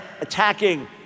attacking